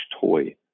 toy